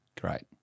Great